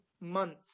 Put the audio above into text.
months